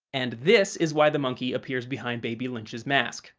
and this is why the monkey appears behind baby lynch's mask,